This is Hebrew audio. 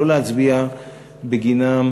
לא להצביע בגינם,